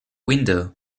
window